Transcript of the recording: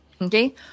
Okay